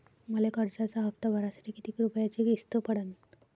मले कर्जाचा हप्ता भरासाठी किती रूपयाची किस्त पडन?